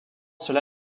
cela